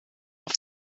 auf